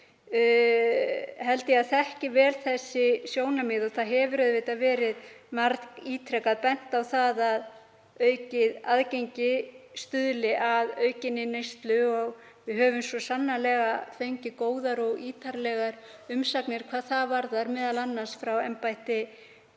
held ég að þekki vel þessi sjónarmið. Það hefur auðvitað margítrekað verið bent á að aukið aðgengi stuðli að aukinni neyslu og við höfum svo sannarlega fengið góðar og ítarlegar umsagnir hvað það varðar, m.a. frá embætti